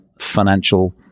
financial